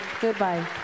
Goodbye